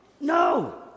No